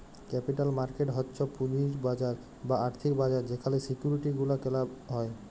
capital market হচ্ছ পুঁজির বাজার বা আর্থিক বাজার যেখালে সিকিউরিটি গুলা কেলা হ্যয়